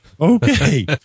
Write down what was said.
Okay